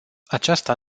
aceasta